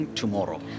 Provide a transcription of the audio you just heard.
tomorrow